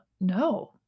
no